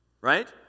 right